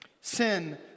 Sin